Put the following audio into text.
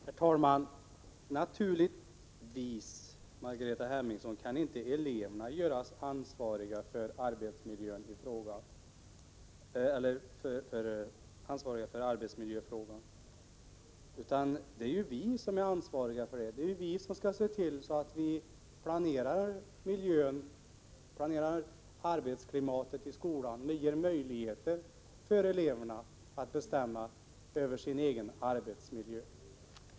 Herr talman! Naturligtvis kan inte eleverna göras ansvariga för arbetsmil jöfrågorna, Margareta Hemmingsson. Det är vi som är ansvariga. Vi skall se 95 till att planera miljön, arbetsklimatet i skolan, men samtidigt ge möjligheter för eleverna att bestämma över sin egen arbetsmiljö.